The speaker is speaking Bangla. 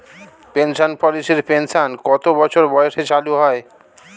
পেনশন পলিসির পেনশন কত বছর বয়সে চালু হয়?